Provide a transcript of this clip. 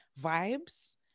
vibes